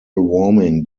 warming